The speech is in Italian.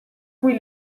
cui